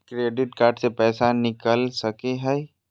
Credit card से पैसा निकल सकी हय?